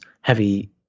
heavy